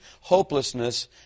hopelessness